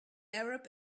arab